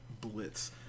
blitz